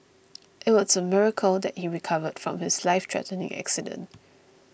it was a miracle that he recovered from his life threatening accident